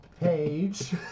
Page